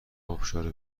ابشار